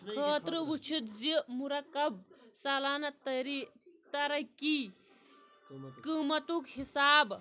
خٲطرٕ وُچھِتھ زِ مرکب سالانہٕ تَرَقی قۭمَتُک حِساب